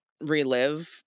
relive